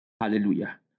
Hallelujah